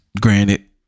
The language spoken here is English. granted